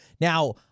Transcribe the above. Now